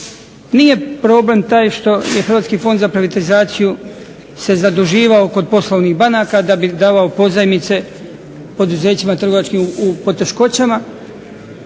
Nije problem taj što je Hrvatski fond za privatizaciju se zaduživao kod poslovnih banaka da bi davao pozajmice poduzećima trgovačkim u poteškoćama